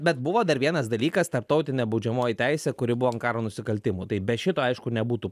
bet buvo dar vienas dalykas tarptautinė baudžiamoji teisė kuri buvo ant karo nusikaltimų tai be šito aišku nebūtų